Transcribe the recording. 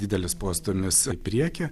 didelis postūmis į priekį